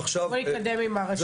נתקדם עם הרשות.